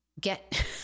Get